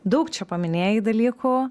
daug čia paminėjai dalyko